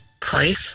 place